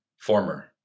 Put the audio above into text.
Former